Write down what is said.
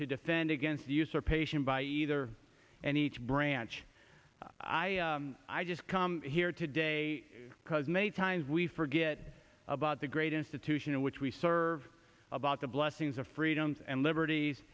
to defend against or patient by either and each branch i just come here today because many times we forget about the great institution in which we serve about the blessings of freedoms and liberties